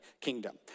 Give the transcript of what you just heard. kingdom